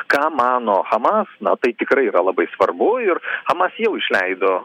ką mano hamas na tai tikrai yra labai svarbu ir hamas jau išleido